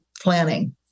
planning